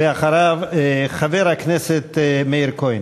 אחריו, חבר הכנסת מאיר כהן.